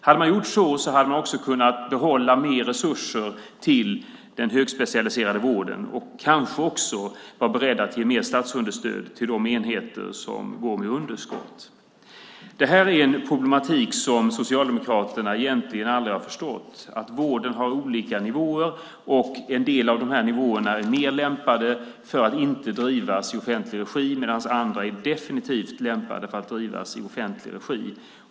Hade man gjort så hade man kunnat behålla mer resurser till den högspecialiserade vården och kanske också varit beredd att ge mer statsunderstöd till de enheter som går med underskott. Den här problematiken har Socialdemokraterna egentligen aldrig förstått, alltså att vården har olika nivåer. En del av de här nivåerna är mer lämpade för att inte drivas i offentlig regi, medan andra definitivt är lämpade för att drivas i offentlig regi.